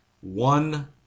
One